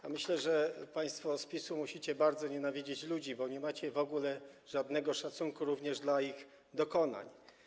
Ja myślę, że państwo z PiS-u musicie bardzo nienawidzić ludzi, bo nie macie w ogóle żadnego szacunku również dla ich dokonań.